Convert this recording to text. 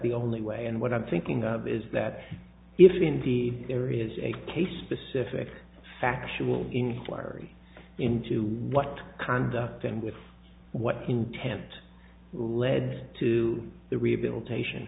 the only way and what i'm thinking of is that if indeed there is a case specific factual in florida into what conduct and with what intent led to the rehabilitation